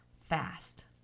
fast